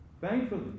thankfully